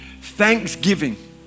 Thanksgiving